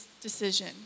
decision